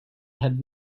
had